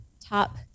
top